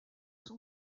son